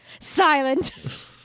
silent